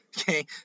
okay